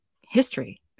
history